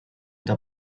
der